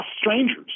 strangers